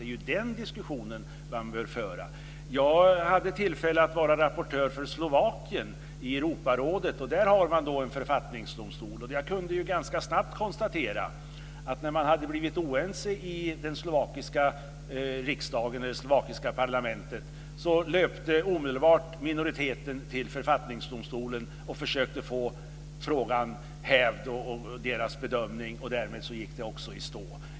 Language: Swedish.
Det är ju den diskussionen vi bör föra. Jag hade tillfälle att vara rapportör för Slovakien i Europarådet. Där har man en författningsdomstol. Jag kunde ganska snabbt konstatera att när man hade blivit oense i det slovakiska parlamentet löpte minoriteten omedelbart till författningsdomstolen för att försöka få frågan hävd och få deras bedömning. Därmed gick frågan i stå.